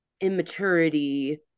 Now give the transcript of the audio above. immaturity